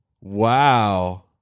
Wow